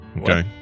Okay